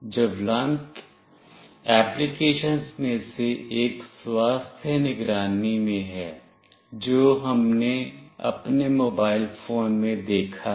ज्वलंत एप्लीकेशनस में से एक स्वास्थ्य निगरानी में है जो हमने अपने मोबाइल फोन में देखा है